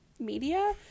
media